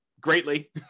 greatly